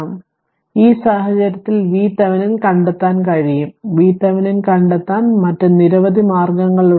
അതിനാൽ ഈ സാഹചര്യത്തിൽ VThevenin കണ്ടെത്താൻ കഴിയും VThevenin കണ്ടെത്താൻ മറ്റ് നിരവധി മാർഗങ്ങളുണ്ട്